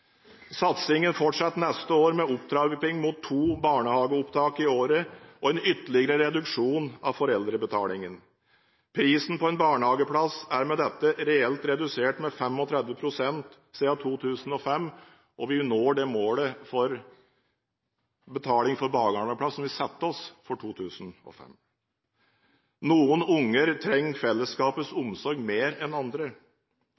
Satsingen fortsetter neste år med opptrapping mot to barnehageopptak i året og en ytterligere reduksjon av foreldrebetalingen. Prisen på en barnehageplass er med dette reelt redusert med 35 pst. siden 2005, og vi når det målet om betaling for barnehageplass som vi satte oss i 2005. Noen barn trenger fellesskapets